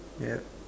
yup